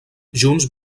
junts